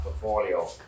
portfolio